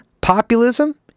populism